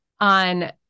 on, –